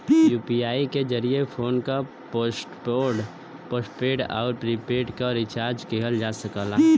UPI के जरिये phone क पोस्टपेड आउर प्रीपेड के रिचार्ज किहल जा सकला